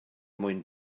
mwyn